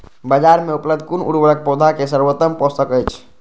बाजार में उपलब्ध कुन उर्वरक पौधा के सर्वोत्तम पोषक अछि?